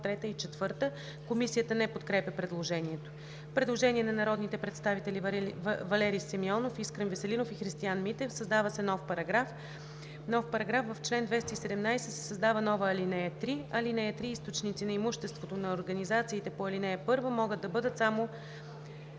3 и 4.“ Комисията не подкрепя предложението. Предложение на народните представители Валери Симеонов, Искрен Веселинов и Христиан Митев: „Създава се нов §...§ ...В чл. 217 се създава нова ал. 3: „(3) Източници на имуществото на организациите по ал. 1 могат да бъдат само